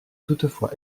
toutefois